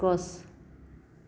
গছ